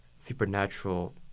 supernatural